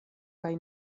kaj